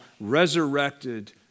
resurrected